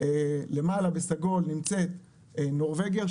למעלה בסגול נמצאת נורבגיה,